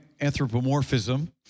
anthropomorphism